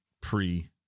pre